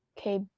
okay